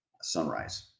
sunrise